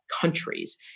countries